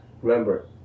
Remember